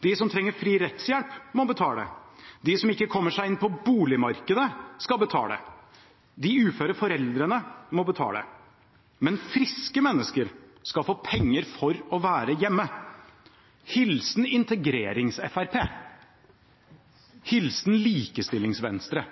De som trenger fri rettshjelp, må betale. De som ikke kommer seg inn på boligmarkedet, må betale. De uføre foreldrene må betale. Men friske mennesker skal få penger for å være hjemme – hilsen Integrerings-FrP, hilsen Likestillings-Venstre.